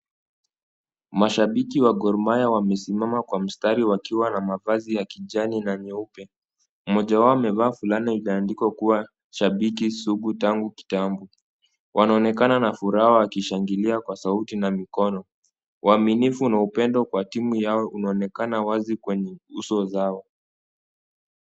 Mashabiki wa Gor Mahia wamesimama kwa mstari wakiwa na mavazi ya kijani na nyeupe. Mmoja wao amevaa fulana iliyoandikwa kuwa shabiki sugu tangu kitambo. Wanaonekana na furaha wakishangilia kwa sauti na mikono, uaminifu na upendo kwa timu yao unaonekana wazi kwenye uso zao.